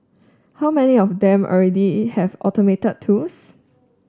how many of them already have automated tools